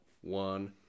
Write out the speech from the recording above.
one